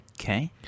Okay